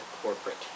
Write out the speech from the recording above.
corporate